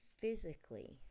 physically